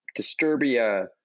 Disturbia